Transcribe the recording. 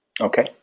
Okay